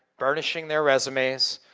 furnishing their resumes.